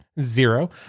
zero